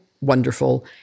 wonderful